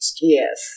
Yes